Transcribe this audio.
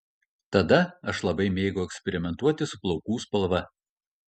tada aš labai mėgau eksperimentuoti su plaukų spalva